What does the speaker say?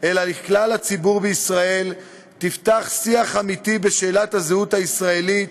אלא לכלל הציבור בישראל תפתח שיח אמיתי בשאלת הזהות הישראלית,